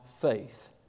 Faith